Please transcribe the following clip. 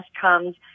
comes